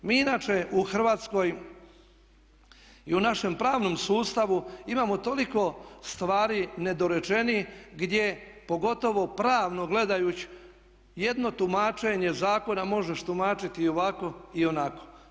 Mi inače u Hrvatskoj i u našem pravnom sustavu imamo toliko stvari nedorečenih gdje pogotovo pravno gledajući jedno tumačenje zakona možeš tumačiti i ovako i onako.